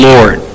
Lord